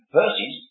verses